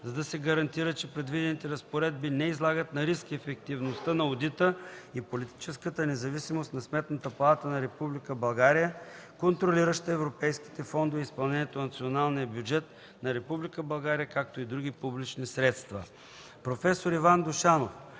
за да се гарантира, че предвидените разпоредби не излагат на риск ефективността на одита и политическата независимост на Сметната палата на Република България, контролираща европейските фондове и изпълнението на националния бюджет на Република България, както и други публични средства